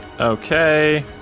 Okay